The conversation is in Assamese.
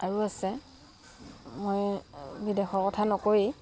আৰু আছে মই বিদেশৰ কথা নকৰি